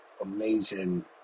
amazing